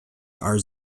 are